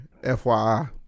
FYI